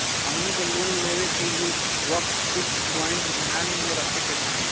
हमनी के लोन लेवे के वक्त कुछ प्वाइंट ध्यान में रखे के चाही